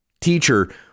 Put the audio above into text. Teacher